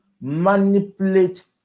manipulate